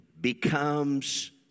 becomes